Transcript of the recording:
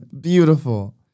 Beautiful